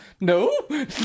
No